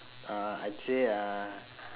uh I say uh